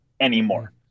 anymore